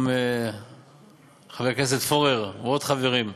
גם חבר הכנסת פורר ועוד חברים,